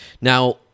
Now